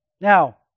Now